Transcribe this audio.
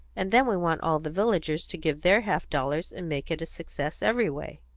and then we want all the villagers to give their half-dollars and make it a success every way.